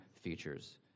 features